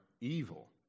evil